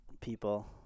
people